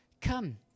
Come